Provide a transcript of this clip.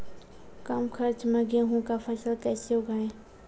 कम खर्च मे गेहूँ का फसल कैसे उगाएं?